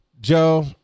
Joe